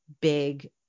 big